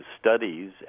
studies